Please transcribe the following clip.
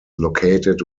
located